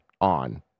on